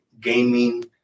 gaming